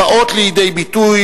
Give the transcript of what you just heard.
הבאות לידי ביטוי,